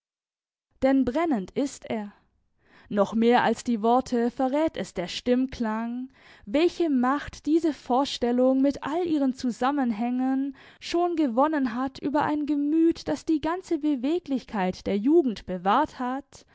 denn brennend ist er noch mehr als die worte verrät es der stimmklang welche macht diese vorstellung mit all ihren zusammenhängen schon gewonnen hat über ein gemüt das die ganze beweglichkeit der jugend bewahrt hat